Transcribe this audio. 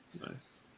nice